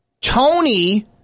tony